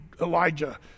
Elijah